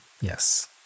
Yes